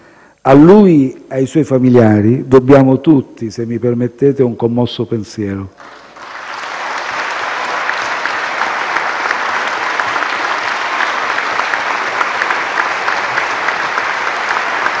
A lui e ai suoi familiari dobbiamo tutti, se me lo permettete, un commosso pensiero.